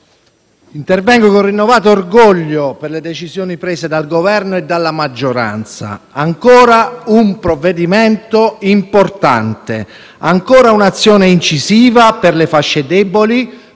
intervengo con rinnovato orgoglio per le decisioni prese dal Governo e dalla maggioranza. Ancora un provvedimento importante, ancora un'azione incisiva per le fasce deboli,